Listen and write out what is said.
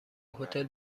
هتل